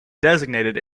designated